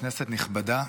כנסת נכבדה,